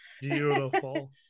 beautiful